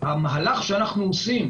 המהלך שאנחנו עושים,